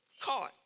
caught